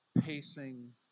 pacing